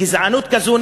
גזענות כזו,